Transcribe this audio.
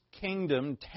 kingdom